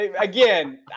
Again